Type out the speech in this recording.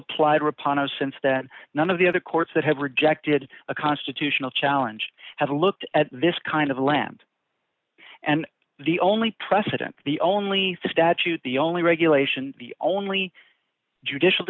of since that none of the other courts that have rejected a constitutional challenge have looked at this kind of land and the only precedent the only statute the only regulation the only judicial